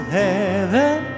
heaven